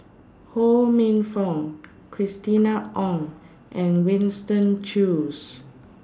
Ho Minfong Christina Ong and Winston Choos